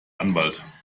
anwalt